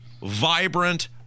vibrant